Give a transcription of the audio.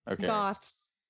goths